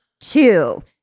Two